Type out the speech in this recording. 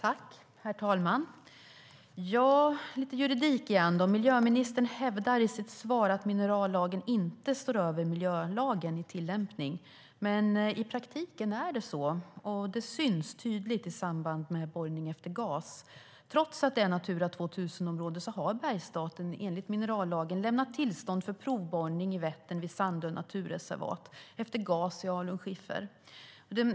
Herr talman! Det blir lite juridik igen. Miljöministern hävdar i sitt svar att minerallagen inte står över miljölagen i tillämpning. Men i praktiken är det så. Det syns tydligt i samband med borrning efter gas. Trots att det är ett Natura 2000-område har Bergsstaten enligt minerallagen lämnat tillstånd för provborrning i Vättern vid Sandö naturreservat, efter gas i alunskiffer.